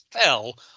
fell